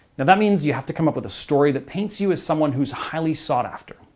and that means you have to come up with a story that paints you as someone who is highly sought after.